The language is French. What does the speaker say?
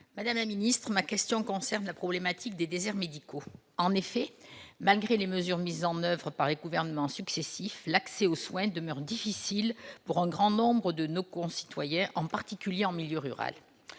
Madame la ministre, ma question concerne la problématique des déserts médicaux. En effet, malgré les mesures mises en oeuvre par les gouvernements successifs, l'accès aux soins demeure difficile pour un grand nombre de nos concitoyens, particulièrement en milieu rural.